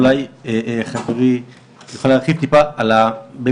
אולי חברי יוכל להרחיב טיפה על הסיפור